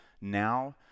now